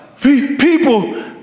People